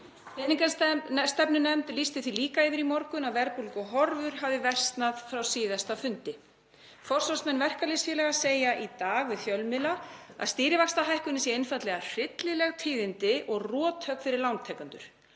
Peningastefnunefnd lýsti því líka yfir í morgun að verðbólguhorfur hefðu versnað frá síðasta fundi. Forsvarsmenn verkalýðsfélaga segja í dag við fjölmiðla að stýrivaxtahækkunin sé einfaldlega hryllileg tíðindi og rothögg fyrir lántakendur,